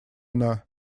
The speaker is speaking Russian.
она